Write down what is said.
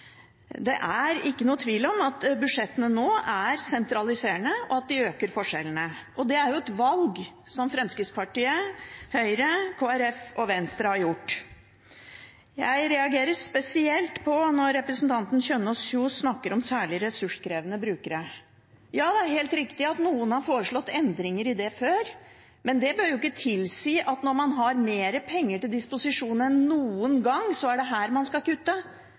Det er ingen tvil om at budsjettene nå er sentraliserende, og at de øker forskjellene. Det er et valg som Fremskrittspartiet, Høyre, Kristelig Folkeparti og Venstre har gjort. Jeg reagerer spesielt når representanten Kjønaas Kjos snakker om særlig ressurskrevende brukere. Ja, det er helt riktig at noen har foreslått endringer for disse før, men det behøver ikke tilsi at når man har mer penger til disposisjon enn noen gang, er det der man skal kutte.